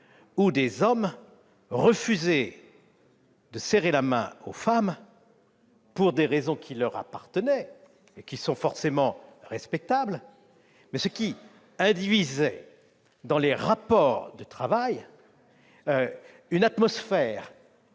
-, des hommes refusaient de serrer la main des femmes, pour des raisons qui leur appartenaient, qui sont forcément respectables, et que cela induisait dans les rapports de travail une atmosphère